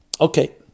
Okay